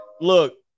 look